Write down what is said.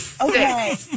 Okay